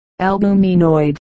albuminoid